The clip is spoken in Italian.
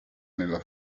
nella